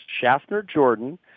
Schaffner-Jordan